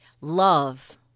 love